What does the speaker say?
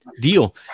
deal